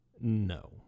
No